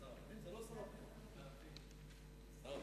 אדוני היושב-ראש,